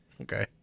Okay